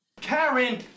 Karen